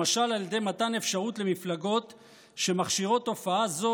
למשל על ידי מתן אפשרות למפלגות שמכשירות תופעה זו